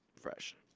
fresh